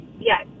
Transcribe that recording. Yes